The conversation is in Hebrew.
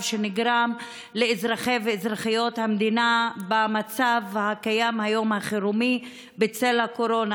שנגרם לאזרחי ואזרחיות המדינה במצב החירום הקיים היום בצל הקורונה,